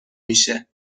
میشه